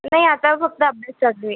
नाही आता फक्त अभ्यास चालू आहे